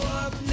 up